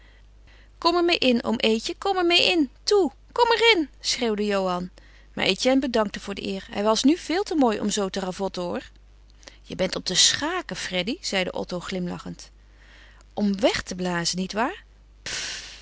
kom er meê in oom eetje kom er meê in toe kom er in schreeuwde johan maar etienne bedankte voor de eer hij was nu veel te mooi om zoo te ravotten hoor je bent om te schaken freddy zeide otto glimlachend om weg te blazen niet waar